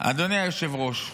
אדוני היושב-ראש,